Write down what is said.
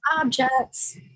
objects